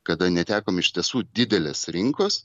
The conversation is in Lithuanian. kada netekom iš tiesų didelės rinkos